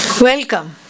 Welcome